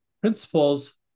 principles